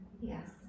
Yes